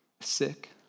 sick